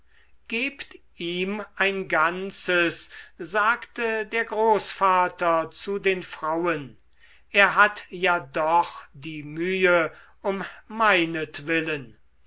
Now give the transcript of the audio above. gebt ihm ein ganzes sagte der großvater zu den frauen er hat ja doch die mühe um meinetwillen